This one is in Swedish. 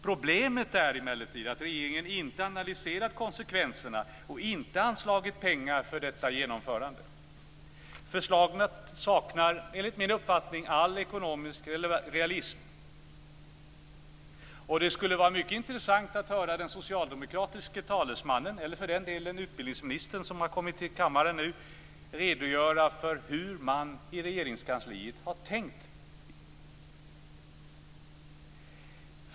Problemet är emellertid att regeringen inte har analyserat konsekvenserna och inte anslagit pengar för genomförandet av detta. Förslaget saknar enligt min uppfattning all ekonomisk realism. Det skulle vara mycket intressant att höra den socialdemokratiska talesmannen - eller för den delen utbildningsministern, som nu kommit till kammaren - redogöra för hur man har tänkt i Regeringskansliet.